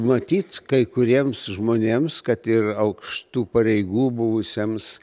matyt kai kuriems žmonėms kad ir aukštų pareigų buvusiems